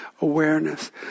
awareness